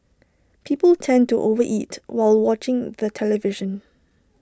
people tend to over eat while watching the television